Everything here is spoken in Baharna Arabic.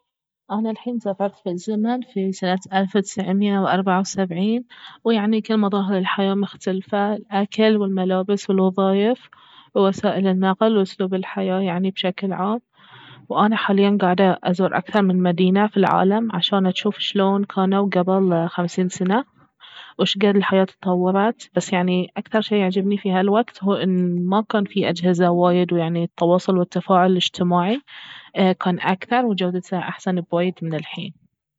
انا الحين سافرت في الزمن في سنة الف وتسعمية وأربعة وسبعين ويعني كل مظاهر الحياة مختلفة الاكل والملابس والوظايف ووسائل النقل وأسلوب الحياة يعني بشكل عام وانا حاليا قاعدة ازور اكثر من مدينة في العالم عشان اجوف شلون كانوا قبل خمسين سنة وشقد الحياة تطورت بس يعني اكثر شي يعجبني في هالوقت هو ان ما كان في اجهزة وايد ويعني التواصل والتفاعل الاجتماعي كان اكثر وجودته احسن بوايد من الحين